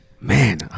Man